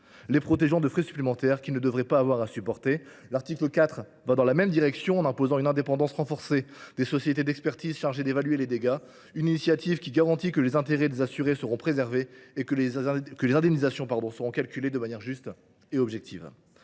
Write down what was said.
ainsi protégés contre des frais supplémentaires qu’ils ne devraient pas avoir à supporter. L’article 4 va dans la même direction, en imposant une indépendance renforcée des sociétés d’expertise chargées d’évaluer les dégâts. Cette initiative garantit que les intérêts des assurés seront préservés et que les indemnisations seront calculées de manière juste et objective.